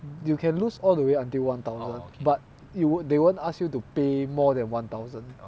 you can lose all the way until one thousand but you won't they won't ask you to pay more than one thousand